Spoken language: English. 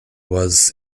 was